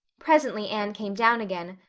presently anne came down again,